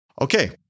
Okay